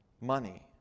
money